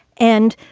and